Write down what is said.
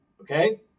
okay